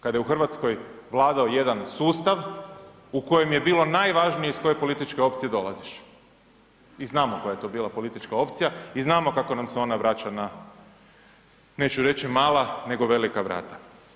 Kada je u Hrvatskoj vladao jedan sustav u kojem je bilo najvažnije iz koje političke opcije dolaziš i znamo koja je to bila politička opcija i znamo kako nam se ona vraća na, neću reći mala nego velika vrata.